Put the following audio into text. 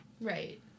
Right